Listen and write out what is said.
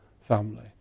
family